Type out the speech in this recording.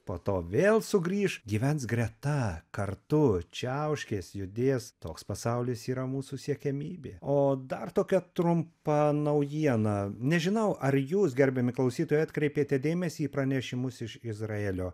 po to vėl sugrįš gyvens greta kartu čiauškės judės toks pasaulis yra mūsų siekiamybė o dar tokia trumpa naujiena nežinau ar jūs gerbiami klausytojai atkreipėte dėmesį į pranešimus iš izraelio